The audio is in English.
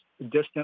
distant